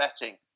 betting